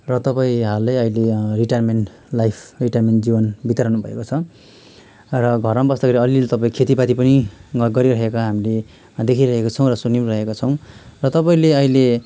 र तपाईँ हालै अहिले रिटायर्मेन्ट लाइफ रिटायर्मेन्ट जीवन बिताइरहनु भएको छ र घरमा बस्दाखेरि अलिअलि तपाईँ खेतीपाती पनि गरिरहेको हामीले देखिरहेको छौँ र सुनी पनि रहेका छौँ र तपाईँले अहिले